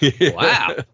Wow